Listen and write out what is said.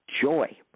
joy